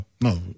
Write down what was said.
no